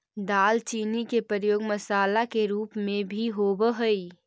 दालचीनी के प्रयोग मसाला के रूप में भी होब हई